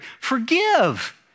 Forgive